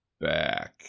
back